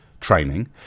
training